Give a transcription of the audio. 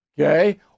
okay